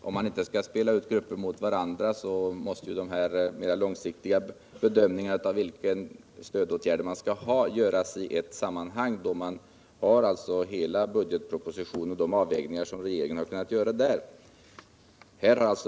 Om man inte skall spela ut grupper mot varandra måste de mera långsiktiga bedömningarna av vilka stödåtgärder man skall vidta göras i ett sammanhang då man har hela budgetpropositionen tillgänglig och kan studera de avvägningar som regeringen har kunnat göra där.